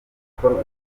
gikorwa